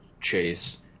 chase